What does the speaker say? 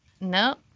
nope